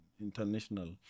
international